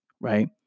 right